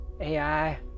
AI